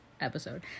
episode